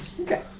Okay